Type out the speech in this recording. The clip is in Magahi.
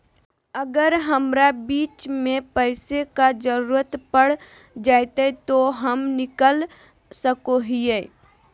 अगर हमरा बीच में पैसे का जरूरत पड़ जयते तो हम निकल सको हीये